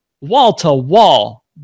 wall-to-wall